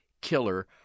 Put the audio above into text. killer